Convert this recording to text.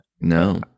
No